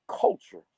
culture